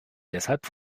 deshalb